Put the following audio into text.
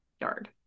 yard